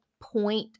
point